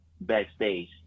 backstage